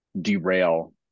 derail